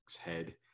head